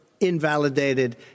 invalidated